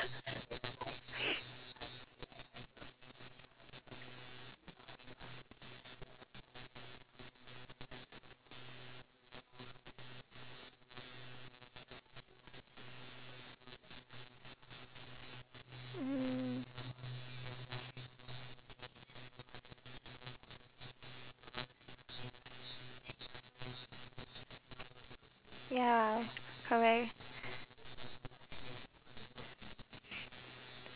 mm ya correct